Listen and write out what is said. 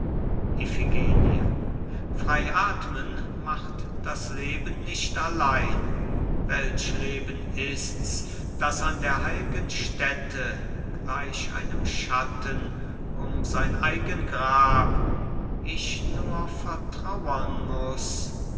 frei athmen macht das leben nicht allein welch leben ist's das an der heil'gen stätte gleich einem schatten um sein eigen grab ich nur vertrauern muß